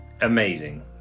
amazing